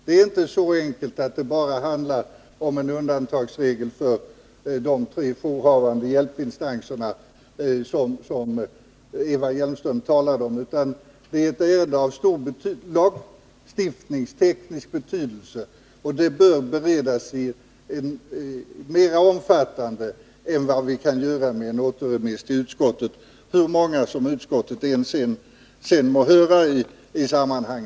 Det är inte så enkelt att det bara handlar om en undantagsregel för de tre jourhavande hjälpinstanserna, såsom Eva Hjelmström talade om, utan det är ett ärende av stor lagstiftningsteknisk betydelse, och det bör beredas mera omfattande än vad vi kan göra genom en återremiss till utskottet, hur många utskottet sedan än må höra i detta sammanhang.